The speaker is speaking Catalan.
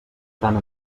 tant